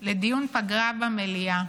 לדיון פגרה במליאה,